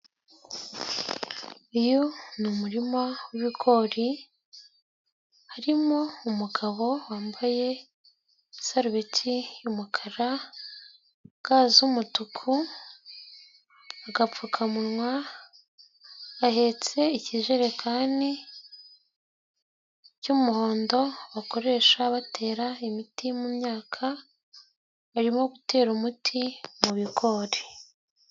Uyu ni umurima w'ibigori harimo umugabo wambaye sarubeti y'umukara, ga z'umutuku, agapfukamunwa, ahetse ikijerekani cy'umuhondo bakoresha batera imiti mu myaka arimo gutera umuti mu bigori.